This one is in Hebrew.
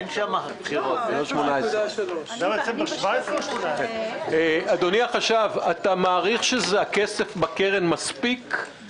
0.3%. אדוני החשב, אתה מעריך שהכסף בקרן מספיק?